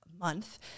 month